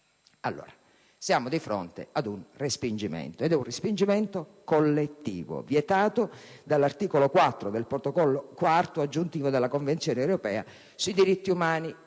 Allora, siamo di fronte ad un respingimento, ed è un respingimento collettivo, vietato dall'articolo 4 del Protocollo IV aggiuntivo alla Convenzione europea sui diritti